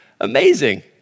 Amazing